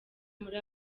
muri